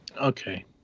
Okay